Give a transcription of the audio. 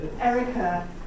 Erica